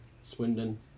Swindon